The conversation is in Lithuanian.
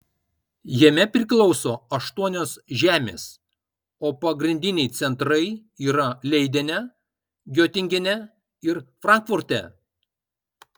jame priklauso aštuonios žemės o pagrindiniai centrai yra leidene giotingene ir frankfurte